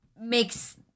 makes